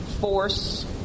force